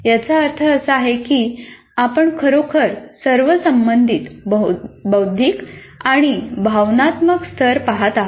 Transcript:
याचा अर्थ असा की आपण खरोखर सर्व संबंधित बौद्धिक आणि भावनात्मक स्तर पहात असतो